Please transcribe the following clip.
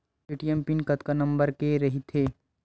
ATM pin कतका number के रही थे?